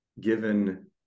given